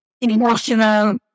emotional